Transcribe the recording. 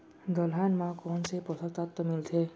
दलहन म कोन से पोसक तत्व मिलथे?